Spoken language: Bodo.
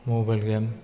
mobile game